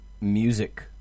music